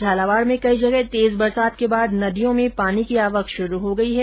झालावाड़ में कई जगह तेज बरसात के बाद नदियों में पानी की आवक शुरू हो गई है